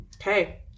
okay